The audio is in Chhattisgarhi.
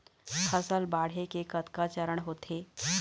फसल बाढ़े के कतका चरण होथे?